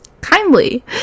kindly